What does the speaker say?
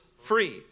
free